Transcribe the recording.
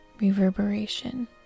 reverberation